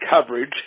coverage